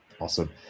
awesome